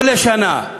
לא לשנה,